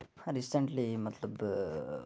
recently مطلب